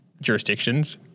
jurisdictions